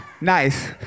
Nice